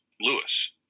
Lewis